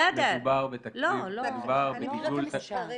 בסדר, לא ----- מספרים.